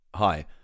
Hi